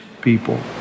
people